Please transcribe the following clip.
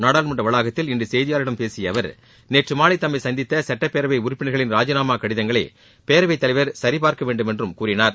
நாடாளுமன்ற வளாத்தில் இன்று செய்தியாளர்களிடம் பேசிய அவர் நேற்று மாலை தம்மை சந்தித்த சட்டப்பேரவை உறுப்பினா்களின் ராஜிநாமா கடிதங்களை பேரவைத் தலைவர் சரிபார்க்க வேண்டுமென்றும் கூறினார்